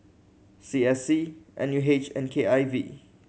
C S C N U H and K I V